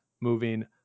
moving